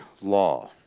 law